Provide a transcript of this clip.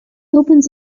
opens